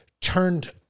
turned